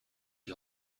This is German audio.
die